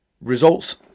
results